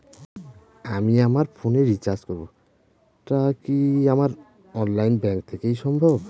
আমি আমার ফোন এ রিচার্জ করব টা কি আমার অনলাইন ব্যাংক থেকেই সম্ভব?